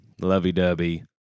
lovey-dovey